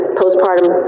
postpartum